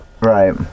right